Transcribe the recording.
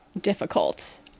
difficult